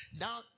now